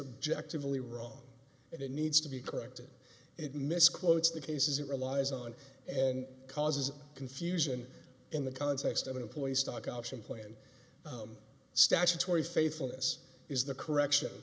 objective really wrong and it needs to be corrected it misquotes the cases it relies on and causes confusion in the context of an employee stock option plan statutory faithfulness is the correction